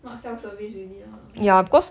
not self service ready ah